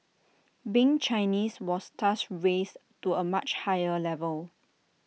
being Chinese was thus raised to A much higher level